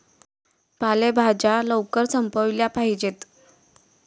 पालेभाज्या लवकर संपविल्या पाहिजेत